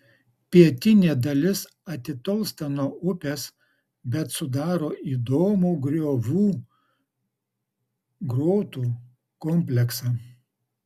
pietinė dalis atitolsta nuo upės bet sudaro įdomų griovų grotų kompleksą